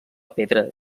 pedra